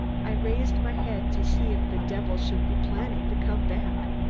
i raised my head to see if the devil should be planning to come back.